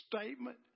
statement